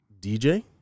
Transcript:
DJ